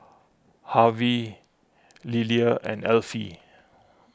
Harvy Lilia and Elfie